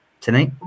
tonight